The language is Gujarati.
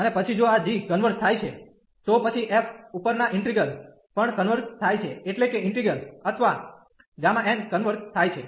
અને પછી જો આ g કન્વર્ઝ થાય છે તો પછી f ઉપરના ઇન્ટિગલ પણ કન્વર્ઝ થાય છે એટલે કે ઇન્ટિગલ અથવા Γ કન્વર્ઝ થાય છે